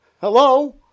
Hello